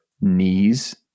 knees